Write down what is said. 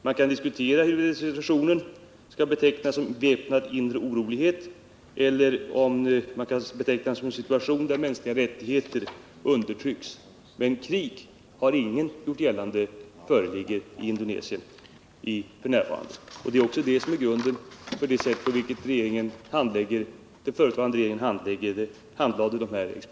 Man kan diskutera huruvida situationen kan betecknas som väpnade inre oroligheter eller som en situation där mänskliga rättigheter undertrycks. Men krig har ingen gjort gällande att det förekommer i Indonesien f. n. Det var grunden för det sätt på vilket den förutvarande regeringen handlade dessa exportlicensärenden.